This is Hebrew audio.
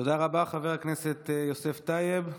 תודה רבה, חבר הכנסת יוסף טייב.